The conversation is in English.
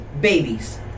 babies